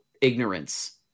ignorance